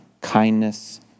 kindness